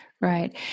Right